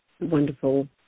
wonderful